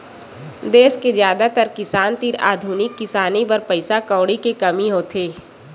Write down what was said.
देस के जादातर किसान तीर आधुनिक किसानी बर पइसा कउड़ी के कमी होथे